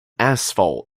asphalt